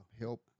help